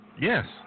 Yes